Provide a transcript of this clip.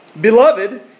beloved